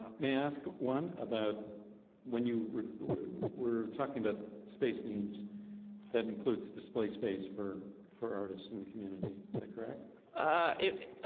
may ask one about when you were talking about space needs that includes the display space for for artists in the community, so correct it